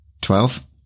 Twelve